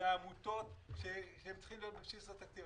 זה העמותות שצריכות להיות בבסיס התקציב.